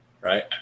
right